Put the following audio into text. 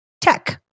tech